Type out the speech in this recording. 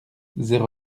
zéro